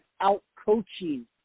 out-coaching